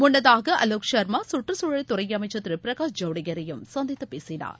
முன்னதாக அலோக் சர்மா கற்றுச்சூழல் துறை அமைச்சர் திரு பிரகாஷ் ஜவடேகரையும் சந்தித்து பேசினார்